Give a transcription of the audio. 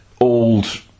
old